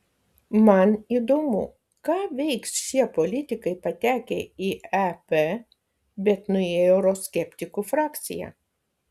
man įdomu ką veiks šie politikai patekę į ep bet nuėję į euroskeptikų frakciją